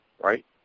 right